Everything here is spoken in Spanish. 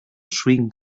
swing